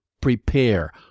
prepare